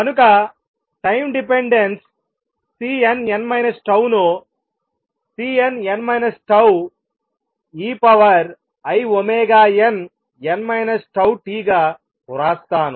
కనుక time dependency Cnn τ ను Cnn τeinn τt గా వ్రాస్తాను